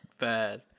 bad